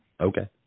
Okay